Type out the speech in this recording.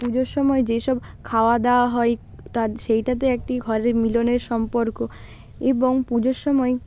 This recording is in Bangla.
পুজোর সময় যে সব খাওয়া দাওয়া হয় তার সেইটাতে একটি ঘরের মিলনের সম্পর্ক এবং পুজোর সময়